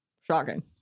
Shocking